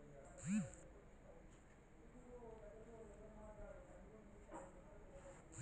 కొన్ని బ్యేంకులు యీ మద్దెనే ఫిక్స్డ్ డిపాజిట్లపై వడ్డీరేట్లను పెంచినియ్